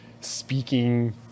speaking